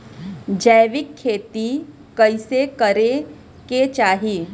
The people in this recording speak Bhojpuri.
जैविक खेती कइसे करे के चाही?